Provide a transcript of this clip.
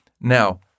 Now